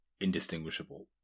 indistinguishable